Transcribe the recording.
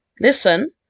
Listen